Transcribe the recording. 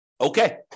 Okay